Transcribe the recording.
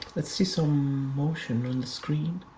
let's see some motion on the screen.